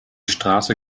straße